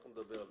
נדבר על זה.